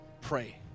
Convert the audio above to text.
pray